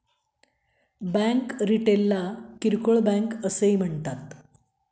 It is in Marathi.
बँक रिटेलला किरकोळ बँक असेही म्हणतात